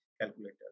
calculator